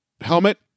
helmet